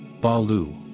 Balu